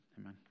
Amen